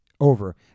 over